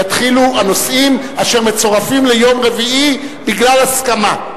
יתחילו הנושאים אשר מצורפים ליום רביעי בגלל הסכמה.